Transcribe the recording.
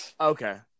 Okay